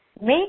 Make